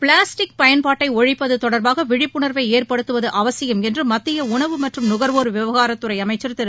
plastic பயன்பாட்டைஒழிப்பதுதொடர்பாகவிழிப்புணர்வைஏற்படுத்துவதுஅவசியம் என்றுமத்தியஉணவு மற்றும் நுகர்வோர் விவகாரத்துறைஅமைச்சர் திரு